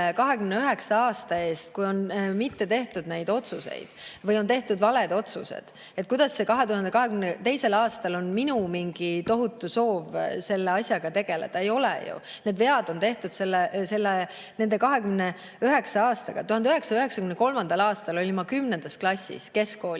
29 aasta eest, kui ei tehtud neid otsuseid või tehti valed otsused. Kuidas see 2022. aastal on minu mingi tohutu soov selle asjaga tegeleda? Ei ole ju. Need vead tehti nende 29 aastaga. 1993. aastal olin ma 10. klassis, keskkoolis.